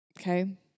okay